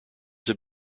have